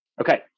Okay